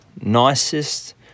nicest